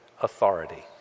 authority